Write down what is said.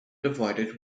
divided